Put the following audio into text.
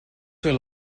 where